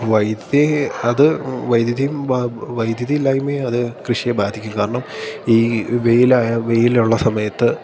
വൈദ്യതി അത് വൈദ്യുതിയും വൈദ്യുതി ഇല്ലായ്മയും അതു കൃഷിയെ ബാധിക്കും കാരണം ഈ വെയിലായ വെയിലുള്ള സമയത്ത്